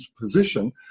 position